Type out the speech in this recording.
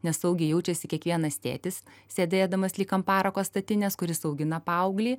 nesaugiai jaučiasi kiekvienas tėtis sėdėdamas lyg ant parako statinės kuris augina paauglį